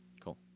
cool